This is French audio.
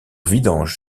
vidange